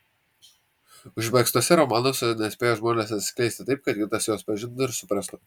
užmegztuose romanuose nespėja žmonės atsiskleisti taip kad kitas juos pažintų ir suprastų